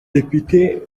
depite